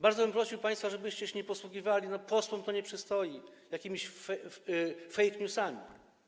Bardzo bym prosił państwa, żebyście się nie posługiwali, posłom to nie przystoi, jakimiś fake newsami.